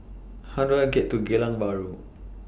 How Do I get to Geylang Bahru